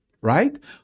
right